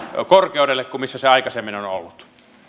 korkeudelle kuin missä se aikaisemmin on ollut